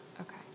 Okay